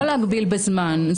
לא להגביל בזמן.